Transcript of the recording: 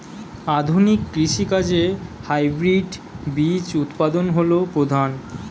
আধুনিক কৃষি কাজে হাইব্রিড বীজ উৎপাদন হল প্রধান